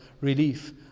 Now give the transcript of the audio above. relief